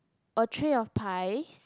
a tray of pies